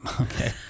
okay